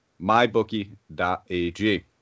mybookie.ag